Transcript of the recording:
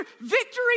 Victory